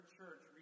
Church